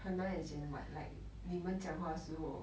很难 as in what 你们讲话时侯